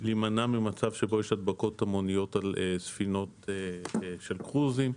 להימנע ממצב שבו יש הדבקות המוניות על ספינות של קרוזים.